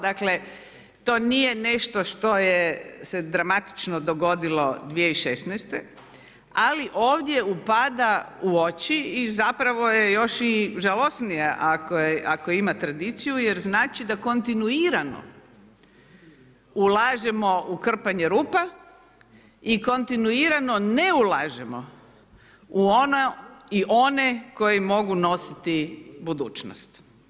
Dakle to nije nešto što se dramatično dogodilo 2016., ali ovdje upada u oči i zapravo je još i žalosnije ako ima tradiciju jer znači da kontinuirano ulažemo u krpanje rupa i kontinuirano ne ulažemo u ono i one koji mogu nositi budućnost.